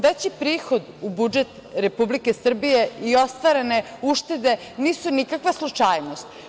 Veći prihod u budžetu Republike Srbije i ostvarene uštede nisu nikakva slučajnost.